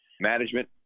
management